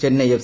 Chennai F